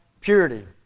purity